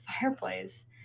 fireplace